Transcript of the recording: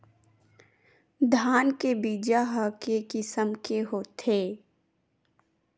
धान के बीजा ह के किसम के होथे?